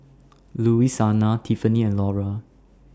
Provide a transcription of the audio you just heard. Louisiana Tiffany and Laura